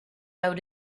out